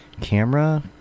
Camera